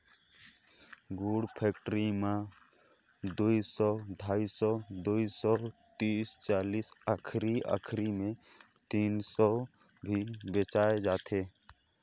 गुर फेकटरी मे दुई सौ, ढाई सौ, दुई सौ तीस चालीस आखिरी आखिरी मे तीनो सौ भी बेचाय जाथे